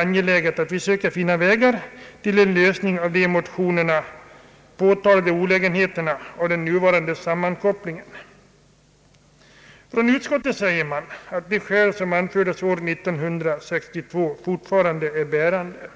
angeläget att vi söker finna vägar till en lösning av de i motionerna påtalade olägenheterna av den nuvarande sammankopplingen. I utskottsutlåtandet sägs att de skäl som anfördes 1962 fortfarande är bärande.